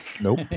Nope